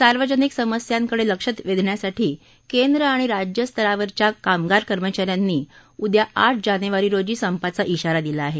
सार्वजनिक समस्यांकडे लक्ष वेधण्यासाठी केंद्र आणि राज्य स्तरावरच्या कामगार कर्मचाऱ्यांनी उद्या आठ जानेवारी रोजी संपाचा इशारा दिला आहे